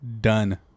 done